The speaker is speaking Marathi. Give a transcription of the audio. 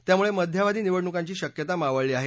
त्यामुळे मध्यावधी निवडणुकांची शक्यता मावळली आहे